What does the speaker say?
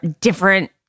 different